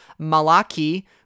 Malaki